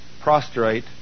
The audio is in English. prostrate